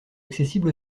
accessible